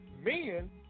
Men